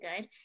good